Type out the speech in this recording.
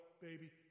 baby